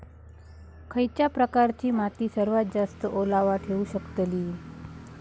खयच्या प्रकारची माती सर्वात जास्त ओलावा ठेवू शकतली?